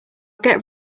get